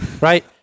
right